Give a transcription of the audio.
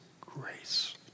grace